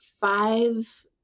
five